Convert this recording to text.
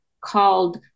called